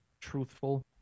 truthful